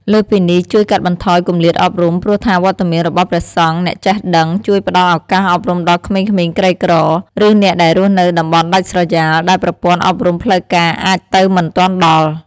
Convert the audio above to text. លើសពីនេះជួយកាត់បន្ថយគម្លាតអប់រំ ព្រោះថាវត្តមានរបស់ព្រះសង្ឃអ្នកចេះដឹង ជួយផ្តល់ឱកាសអប់រំដល់ក្មេងៗក្រីក្រ ឬអ្នកដែលរស់នៅតំបន់ដាច់ស្រយាល ដែលប្រព័ន្ធអប់រំផ្លូវការអាចទៅមិនទាន់ដល់។